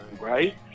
Right